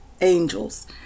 angels